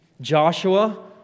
Joshua